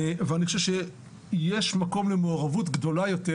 ואני חושב שיש מקום למעורבות גדולה יותר